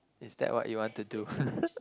is that what you want to do